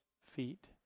feet